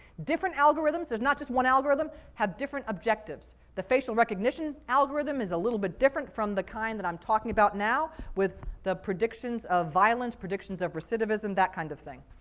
different algorithms, there's not just one algorithm, have different objectives. the facial recognition algorithm is a little bit different from the kind that i'm talking about now with the predictions of violence, predictions of recidivism, that kind of thing.